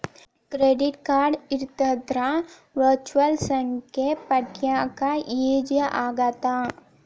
Credit card ಇತ್ತಂದ್ರ virtual ಸಂಖ್ಯೆ ಪಡ್ಯಾಕ ಈಜಿ ಆಗತ್ತ?